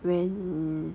when